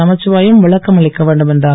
நமசிவாயம் விளக்கம் அளிக்க வேண்டும் என்றார்